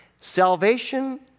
Salvation